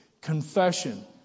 Confession